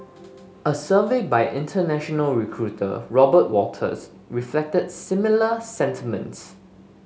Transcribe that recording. a survey by international recruiter Robert Walters reflected similar sentiments